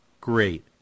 great